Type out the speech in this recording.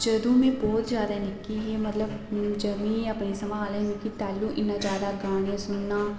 जदूं में बहुत जादा निक्की ही मतलब मिं अपनी सम्हाल ऐ तैह्लूं इन्ना जादा गाना सुनना